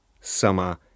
Summer